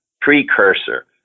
precursor